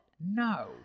no